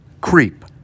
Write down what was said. creep